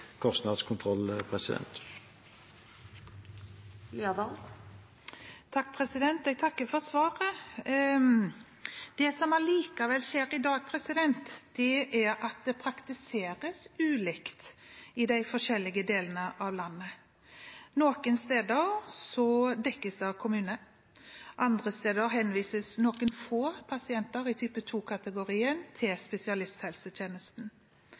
kostnadskontroll. Jeg takker for svaret. Det som allikevel skjer i dag, er at det praktiseres ulikt i de forskjellige delene av landet. Noen steder dekkes det av kommunen. Andre steder henvises noen få pasienter i type 2-kategorien til spesialisthelsetjenesten.